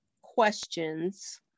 Questions